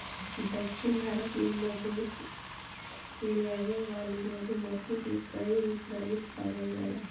दक्षिण भारत में मधु लियावे वाली मधुमक्खी के कईगो प्रजाति पावल जाला